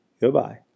Goodbye